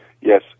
Yes